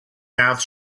mouth